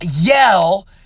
yell